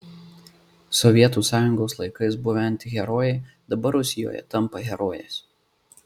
sovietų sąjungos laikais buvę antiherojai dabar rusijoje tampa herojais